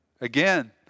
Again